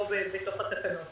שמופיעים בתקנות.